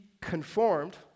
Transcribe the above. conformed